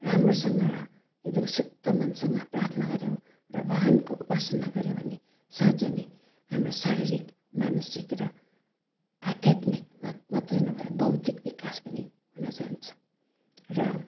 राम्रोसँग एकदमै शुद्ध मनसँग प्रार्थना गऱ्यौँ र भगवानको उपासना गऱ्यौँ भने साँच्चै नै हाम्रो शाररिक मानसिक र अध्यात्मिक मात्रै नभएर बौद्धिक विकास पनि हुन जान्छ र